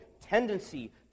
tendency